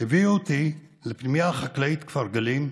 הביאו אותי לפנימייה החקלאית כפר גלים,